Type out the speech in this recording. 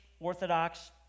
Orthodox